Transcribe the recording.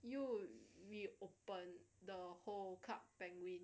又 reopen the whole cup penguin